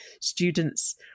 students